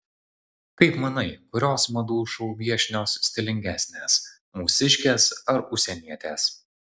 kaip manai kurios madų šou viešnios stilingesnės mūsiškės ar užsienietės